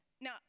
Now